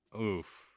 Oof